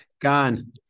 Gone